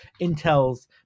Intel's